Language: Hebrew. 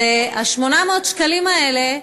ו-800 השקלים האלה,